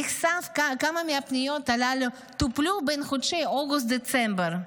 נחשף כמה מהפניות הללו טופלו בחודשים אוגוסט דצמבר.